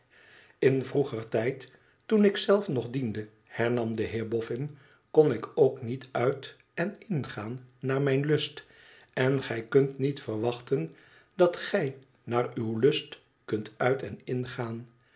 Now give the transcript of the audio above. in vroeger tijd toen ik zelf nog diende hernam de heer boffin ikon ik ook niet uit en ingaan naar mijn lust en gij kunt niet verwachten dat gij naar uw lust kunt uit en ingaan